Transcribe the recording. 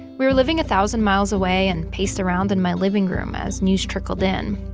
we were living a thousand miles away and paced around in my living room as news trickled in.